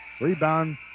Rebound